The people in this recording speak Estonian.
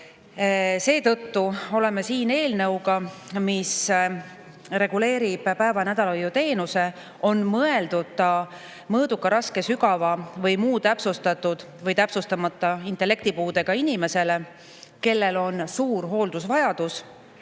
Seetõttu oleme siin eelnõuga, mis reguleerib päeva- ja nädalahoiuteenust. See on mõeldud mõõduka, raske, sügava või muu täpsustatud või täpsustamata intellektipuudega inimesele, kellel on suur hooldusvajadus